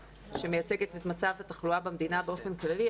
שמייצגת את מצב התחלואה במדינה באופן כללי.